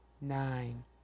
nine